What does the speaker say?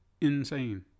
Insane